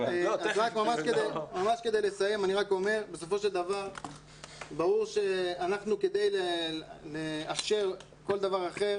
‏לסיום אני רק אומר שאנחנו, כדי לאפשר כל דבר אחר,